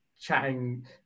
chatting